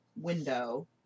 window